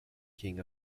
king